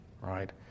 right